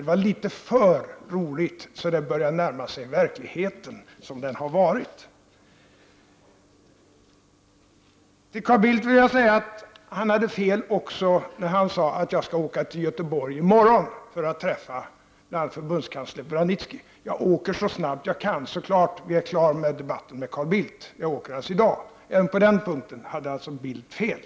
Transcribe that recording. Det var litet för roligt och börjar närma sig verkligheten som den har varit. Jag vill till Carl Bildt säga att han hade fel också när han sade att jag skulle åka till Göteborg i morgon för att träffa bl.a. förbundskansler Vranitzky. Jag åker så snart jag kan när debatten med Carl Bildt är över, alltså i dag. Även på den punkten hade Carl Bildt fel.